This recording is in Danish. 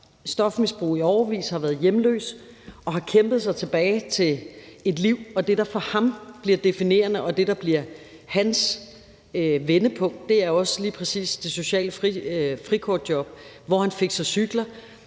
stofmisbrug i årevis, har været hjemløs og har kæmpet sig tilbage til et liv. Det, der for ham bliver definerende, og det, der bliver hans vendepunkt, er også lige præcis det sociale frikort-job, hvor han fikser cykler.